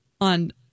on